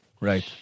right